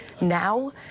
now